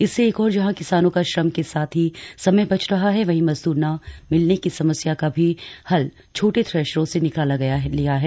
इससे एक ओर जहां किसानों का श्रम के साथ ही समय बच रहा है वहीं मजद्रर न मिलने की समस्या का भी हल छोटे थ्रेशरों ने निकाल लिया है